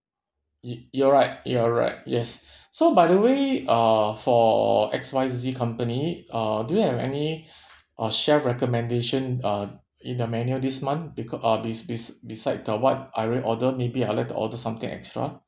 y~ you're right you're right yes so by the way uh for X Y Z company uh do you have any uh chef recommendation uh in the menu this month becau~ uh bes~ bes~ beside the what I already ordered maybe I like to order something extra